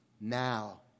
now